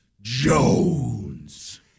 Jones